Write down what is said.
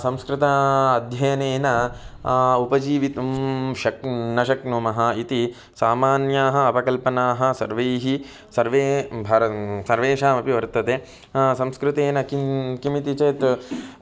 संस्कृताध्ययनेन उपजीवितुं शक्न् न शक्नुमः इति सामान्याः अपकल्पनाः सर्वैः सर्वैः भार सर्वेषामपि वर्तते संस्कृतेन किं किमिति चेत्